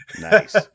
nice